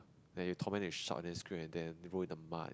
then you torment and shout then scream at them you roll in the mud